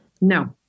No